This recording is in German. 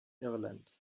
irland